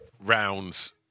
rounds